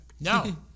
No